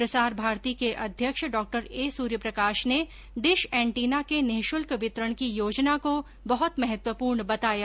प्रसार भारती के अध्यक्ष डा ए सूर्य प्रकाश ने डिश ऐन्टिना के निःशुल्क वितरण की योजना को बहुत महत्वतपूर्ण बताया